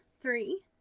three